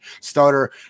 starter